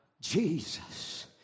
Jesus